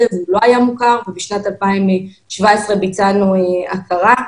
והוא לא היה מוכר ובשנת 2017 ביצענו הכרה.